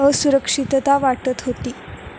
असुरक्षितता वाटत होती